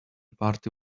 party